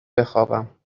بخوابم